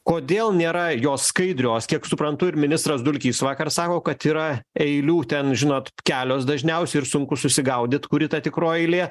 kodėl nėra jos skaidrios kiek suprantu ir ministras dulkys vakar sako kad yra eilių ten žinot kelios dažniausiai ir sunku susigaudyti kuri ta tikroji eilė